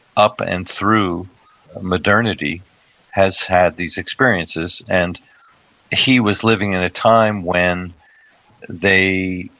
up and through modernity has had these experiences and he was living in a time when they,